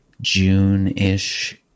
June-ish